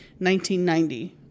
1990